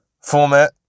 format